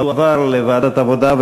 לוועדת העבודה,